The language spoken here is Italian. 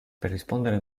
rispondere